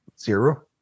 Zero